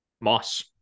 Moss